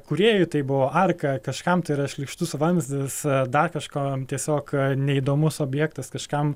kūrėjui tai buvo arka kažkam tai yra šlykštus vamzdis dar kažkam tiesiog neįdomus objektas kažkam